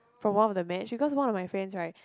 from one of the match because one of my friends right